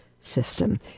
system